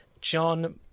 John